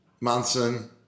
Manson